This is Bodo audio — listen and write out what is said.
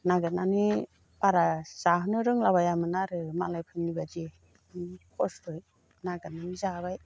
नागिरनानै बारा जाहोनो रोंलाबायामोन आरो मालायफोरनि बादि बिदिनो खस्थ'यै नागिरनानै जाबाय